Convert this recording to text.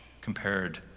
compared